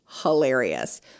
hilarious